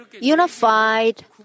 unified